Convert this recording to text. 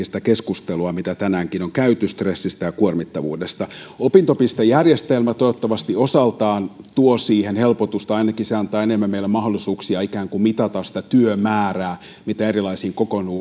sitä keskustelua mitä tänäänkin on käyty stressistä ja kuormittavuudesta opintopistejärjestelmä toivottavasti osaltaan tuo siihen helpotusta ainakin se antaa enemmän meille mahdollisuuksia ikään kuin mitata sitä työmäärää mitä erilaisiin